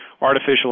artificial